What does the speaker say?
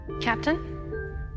Captain